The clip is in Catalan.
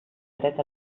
dret